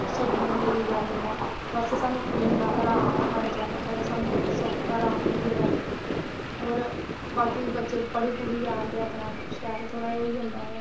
छड्डी जंदे लेई आंदे न ते बस सानूं इन्ना आराम ऐ आने जाने दा सानूं आराम होई गेदा ऐ होर बाकी बच्चे पढ़ी जा दे अपने शैल थोह्ड़ा जेहा ओह् होई जंदा ऐ